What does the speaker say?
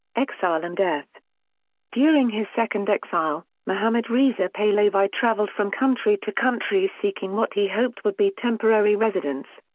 exile and death during his second exile, mohammad reza pahlavi traveled from country to country seeking what he hoped would be temporary residence.